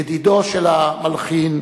ידידו של המלחין,